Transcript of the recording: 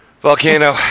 volcano